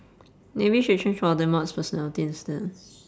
maybe should change voldemort's personality instead